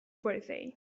birthday